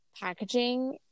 packaging